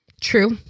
True